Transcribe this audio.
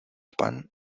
pan